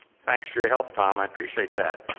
thanks for your help, tom. i appreciate that.